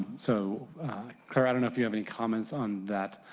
so clear, i don't you have comments on that?